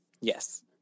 yes